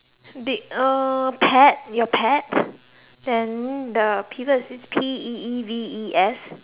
did uh pet your pet peeve then the peeves is P E E V E S